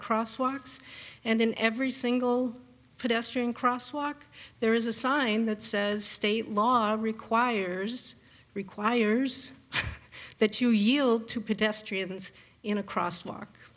cross walks and in every single pedestrian cross walk there is a sign that says state law requires requires that you yield to pedestrians in a cross